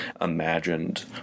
imagined